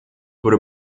wurde